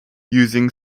using